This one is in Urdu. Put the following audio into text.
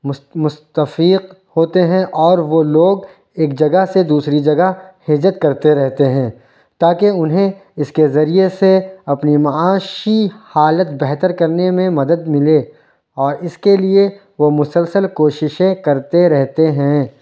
مس مستفید ہوتے ہیں اور وہ لوگ ایک جگہ سے دوسری جگہ ہجرت کرتے رہتے ہیں تاکہ انہیں اس کے ذریعے سے اپنے معاشی حالت بہتر کرنے میں مدد ملے اور اس کے لیے وہ مسلسل کوششیں کرتے رہتے ہیں